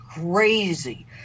crazy